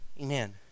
amen